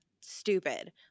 stupid